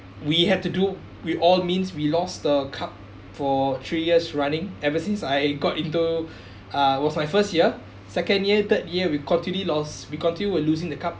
we have to do with all means we lost the cup for three years running ever since I got into uh it was my first year second year third year we continue loss we continue we're losing the cup